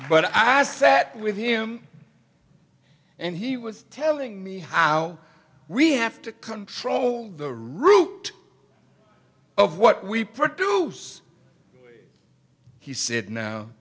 was sat with him and he was telling me how we have to control the route of what we produce he said no